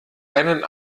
einen